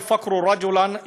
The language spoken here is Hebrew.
(אומר בערבית ומתרגם:)